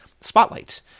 Spotlight